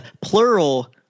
plural